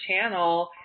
channel